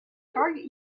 target